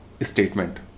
statement